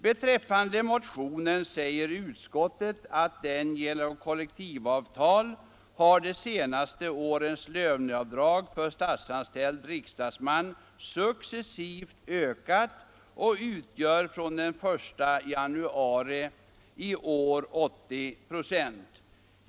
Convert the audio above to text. Beträffande motionen säger utskottet att genom kollektivavtal har de senaste årens löneavdrag för statsanställd riksdagsman successivt ökat och utgör från den 1 januari i år 80 96.